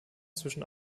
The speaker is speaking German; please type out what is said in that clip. zwischen